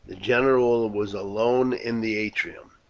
the general was alone in the atrium.